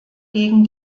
gegen